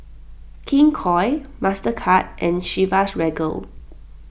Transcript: King Koil Mastercard and Chivas Regal